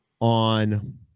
on